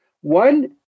one